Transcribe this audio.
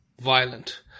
violent